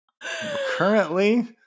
currently